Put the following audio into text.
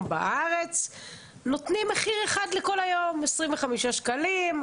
בארץ נותנים מחיר אחד לכל היום 25 שקלים.